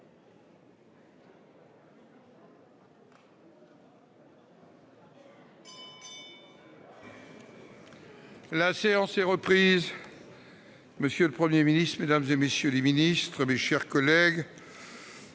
La séance est reprise. Monsieur le Premier ministre, mesdames, messieurs les ministres, mes chers collègues,